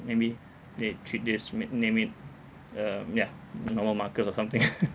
maybe they treat this ma~ name it um yeah normal markers or something